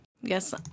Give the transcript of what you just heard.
Yes